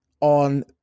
On